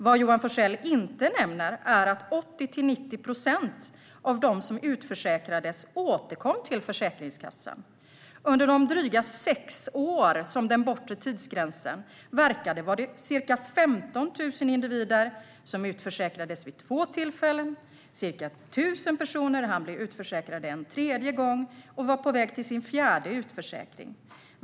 Vad Johan Forssell inte nämner är att 80-90 procent av dem som utförsäkrades återkom till Försäkringskassan. Under de dryga sex år som den bortre tidsgränsen verkade var det ca 15 000 individer som utförsäkrades vid två tillfällen. Ca 1 000 personer hann bli utförsäkrade en tredje gång och var på väg till sin fjärde utförsäkring.